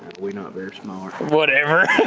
we're not very smart. whatever.